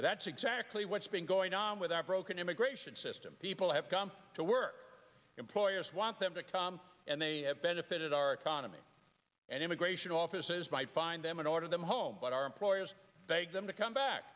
that's exactly what's been going on with our broken immigration system people have come to work employers want them to come and they have benefited our economy and immigration offices might find them and ordered them home but our employers them to come back